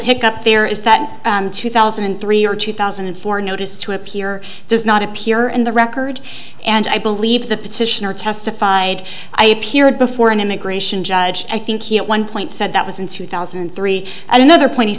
hc up there is that two thousand and three or two thousand and four notice to appear does not appear in the record and i believe the petitioner testified i appeared before an immigration judge i think he at one point said that was in two thousand and three at another point he